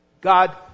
God